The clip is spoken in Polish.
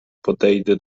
podejdę